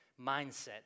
mindset